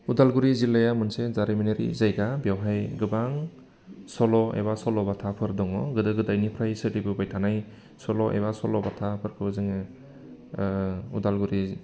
उदालगुरि जिल्लाया मोनसे जारिमिनारि जायगा बेवहाय गोबां सल' एबा सल' बाथाफोर दङ गोदो गोदायनिफ्राय सोलिबोबाय थानाय सल' एबा सल' बाथाफोरखौ जोङो उदालगुरि